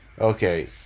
okay